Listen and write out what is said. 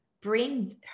bring